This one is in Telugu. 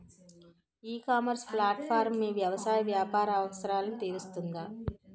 ఈ ఇకామర్స్ ప్లాట్ఫారమ్ మీ వ్యవసాయ వ్యాపార అవసరాలను తీరుస్తుందా?